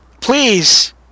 Please